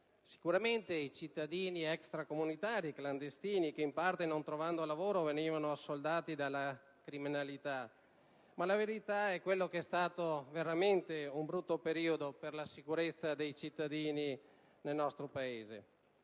stati i cittadini extracomunitari clandestini che in parte, non trovando lavoro, venivano assoldati della criminalità, ma la verità è che quello è stato veramente un brutto periodo per la sicurezza dei cittadini nel nostro Paese.